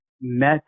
met